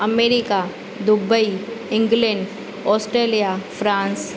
America Dubai England Australia France